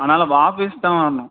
ஆனாலும் ஆபீஸ்தான் வரணும்